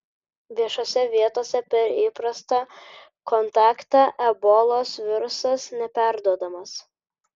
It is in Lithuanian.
viešose vietose per įprastą kontaktą ebolos virusas neperduodamas